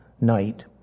night